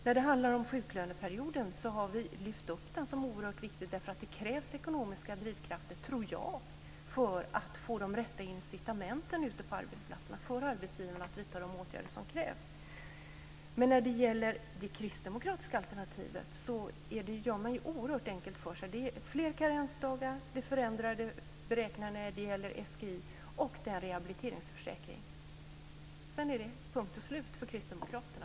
När det handlar om sjuklöneperioden har vi lyft upp den som oerhört viktig, därför att det krävs ekonomiska drivkrafter, tror jag, för att få de rätta incitamenten ute på arbetsplatserna och få arbetsgivarna att vidta de åtgärder som krävs. När det gäller det kristdemokratiska alternativet gör man det oerhört enkelt för sig. Det är fler karensdagar, förändrade beräkningar när det gäller SGI och rehabiliteringsförsäkring. Sedan är det punkt och slut för Kristdemokraterna.